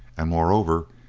and, moreover,